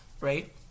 right